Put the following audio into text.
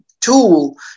tool